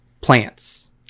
plants